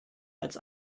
als